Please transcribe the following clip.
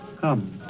Come